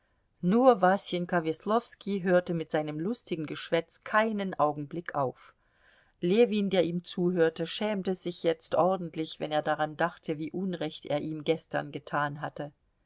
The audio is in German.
nur wasenka weslowski hörte mit seinem lustigen geschwätz keinen augenblick auf ljewin der ihm zuhörte schämte sich jetzt ordentlich wenn er daran dachte wie unrecht er ihm gestern getan hatte